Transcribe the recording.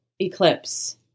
eclipse